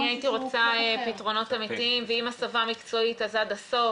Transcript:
אני הייתי רוצה פתרונות מקצועיים ואם הסבה מקצועית אז עד הסוף.